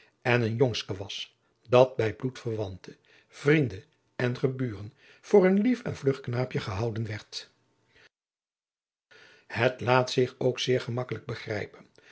en een jongske was dat bij bloedverwanten vrienden en adriaan loosjes pzn het leven van maurits lijnslager geburen voor een lief en vlug knaapje gehouden werd het laat zich ook zeer gemakkelijk begrijpen